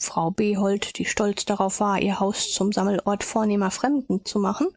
frau behold die stolz darauf war ihr haus zum sammelort vornehmer fremden zu machen